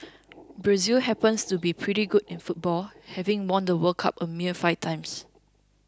Brazil happens to be pretty good in football having won the World Cup a mere five times